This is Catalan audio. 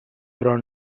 però